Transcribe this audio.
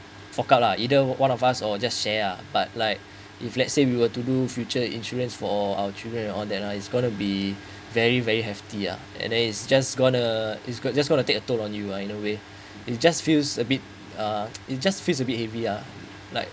fork out lah either one of us or just share uh but like if let's say we were to do future insurance for our children and all lah it's gonna be very very hefty uh and then it's just gonna it's good just gonna take a toll on you are in a way it's just feels a bit uh it's just feel a bit heavy uh